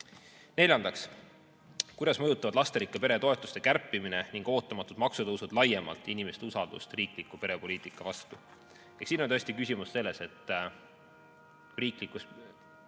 Neljandaks, kuidas mõjutavad lasterikka pere toetuse kärpimine ning ootamatud maksutõusud laiemalt inimeste usaldust riikliku perepoliitika vastu? Siin on tõesti küsimus selles, et riiklikus